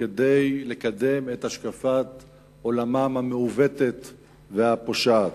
כדי לקדם את השקפת עולמם המעוותת והפושעת.